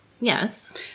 Yes